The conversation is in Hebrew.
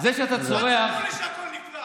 אני שומר על הבריאות שלך.